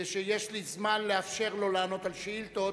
ויש לי זמן לאפשר לו לענות על שאילתות,